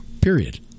Period